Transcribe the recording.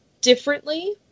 differently